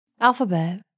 Alphabet